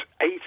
eight